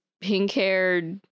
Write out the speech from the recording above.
pink-haired